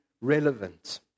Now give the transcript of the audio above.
relevant